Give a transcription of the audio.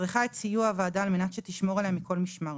צריכה את סיוע הוועדה על מנת שתשמור עליה מכל משמר.